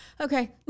Okay